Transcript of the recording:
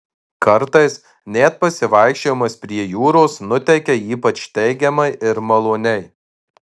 kartais net pasivaikščiojimas prie jūros nuteikia ypač teigiamai ir maloniai